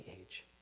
age